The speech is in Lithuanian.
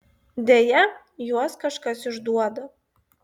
deja juos kažkas išduoda